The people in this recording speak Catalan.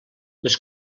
les